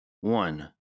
one